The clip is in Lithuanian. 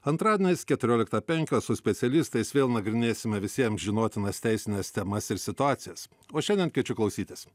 antradieniais keturioliktą penkios su specialistais vėl nagrinėsime visiems žinotinas teisines temas ir situacijas o šiandien kviečiu klausytis